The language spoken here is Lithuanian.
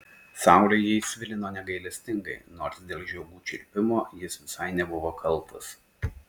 saulė jį svilino negailestingai nors dėl žiogų čirpimo jis visai nebuvo kaltas